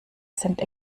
sind